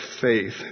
faith